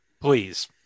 Please